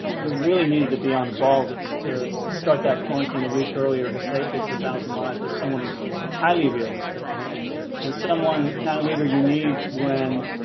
you really needed to be on the ball that's to start that quarantine a week earlier to save fifty thousand live is someone who's highly realistic and someone the kind of leader you need when?